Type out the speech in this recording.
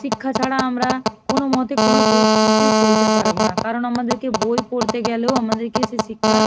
শিক্ষা ছাড়া আমরা কোনো মতে কোনো পরিস্থিতিতেই চলতে পারবো না কারণ আমাদেরকে বই পড়তে গেলেও আমাদেরকে সে শিক্ষা